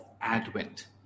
Advent